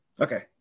Okay